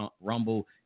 rumble